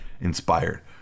inspired